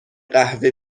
قهوه